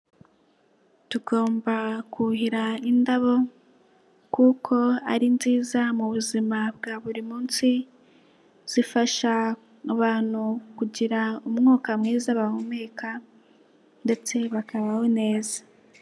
Tugomba kuhira indabo kuko ari nziza mu buzima bwa buri munsi, zifasha abantu kugira umwuka mwiza bahumeka, ndetse bakabaho neza.